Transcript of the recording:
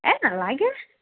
এই নালাগে